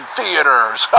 theaters